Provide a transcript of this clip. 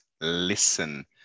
listen